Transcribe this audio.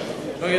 ראש,